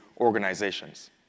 organizations